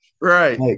right